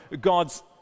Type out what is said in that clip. God's